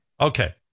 Okay